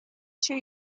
two